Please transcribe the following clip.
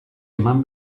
eman